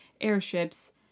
airships